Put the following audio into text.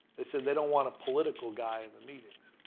they said, they don't want a political guy in the meetings.